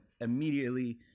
immediately